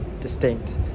distinct